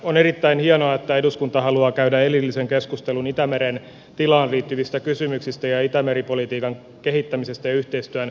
on erittäin hienoa että eduskunta haluaa käydä erillisen keskustelun itämeren tilaan liittyvistä kysymyksistä ja itämeri politiikan kehittämisestä ja yhteistyön vahvistamisesta